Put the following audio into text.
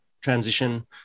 transition